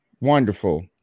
wonderful